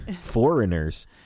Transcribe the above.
foreigners